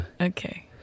Okay